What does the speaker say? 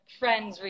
friends